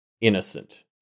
innocent